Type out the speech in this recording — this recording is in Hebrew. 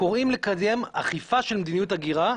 קוראים לקדם אכיפה של מידניות הגירה,